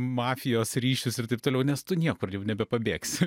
mafijos ryšius ir taip toliau nes tu niekur nebepabėgsi